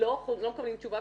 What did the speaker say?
לא חוזרות עם תשובה,